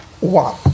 one